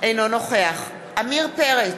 אינו נוכח עמיר פרץ,